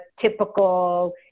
typical